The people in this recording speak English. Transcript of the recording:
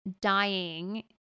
dying